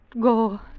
go